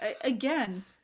Again